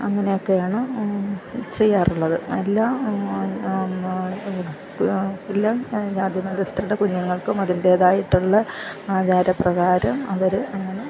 അങ്ങനൊക്കെയാണ് ചെയ്യാറുള്ളത് അല്ല എല്ലാ ജാതിമതസ്ഥരുടെ കുഞ്ഞുങ്ങൾക്കും അതിൻ്റതായിട്ടുള്ള ആചാരപ്രകാരം അവര് ആണ്